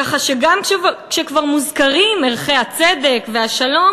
כך שגם כשכבר מוזכרים ערכי הצדק והשלום